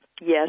Yes